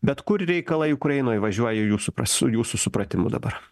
bet kur reikalai ukrainoj važiuoja į jūsų pra jūsų supratimu dabar